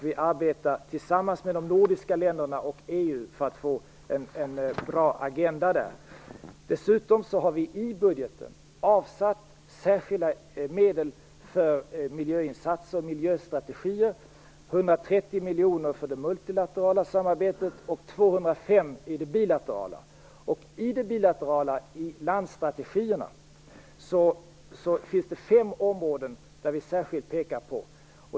Vi arbetar tillsammans med de nordiska länderna och EU för att få en bra agenda där. Dessutom har vi i budgeten avsatt särskilda medel för miljöinsatser och miljöstrategier - 130 miljoner för det multilaterala samarbetet och 205 för det bilaterala. I det bilaterala samarbetet - i landsstrategierna - finns det fem områden som vi särskilt pekar på.